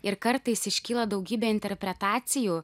ir kartais iškyla daugybė interpretacijų